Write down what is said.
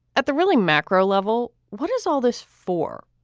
at the really macro level. what is all this for?